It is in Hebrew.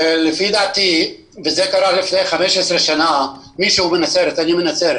לפני 15 שנים, מישהו מנצרת אני מנצרת